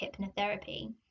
hypnotherapy